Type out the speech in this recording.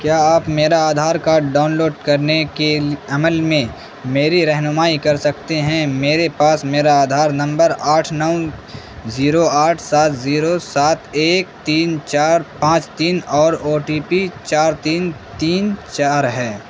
کیا آپ میرا آدھار کارڈ ڈاؤن لوڈ کرنے کے عمل میں میری رہنمائی کر سکتے ہیں میرے پاس میرا آدھار نمبر آٹھ نو زیرو آٹھ سات زیرو سات ایک تین چار پانچ تین اور او ٹی پی چار تین تین چار ہے